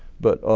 but